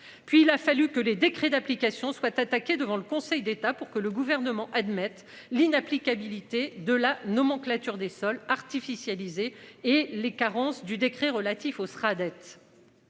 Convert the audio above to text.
Puis il a fallu que les décrets d'application soient attaqués devant le Conseil d'État pour que le gouvernement admette l'inapplicabilité de la nomenclature des sols artificialisés et les carences du décret relatif aux sera